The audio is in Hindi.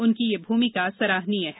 उनकी ये भूमिका सराहनीय है